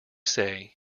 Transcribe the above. say